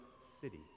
city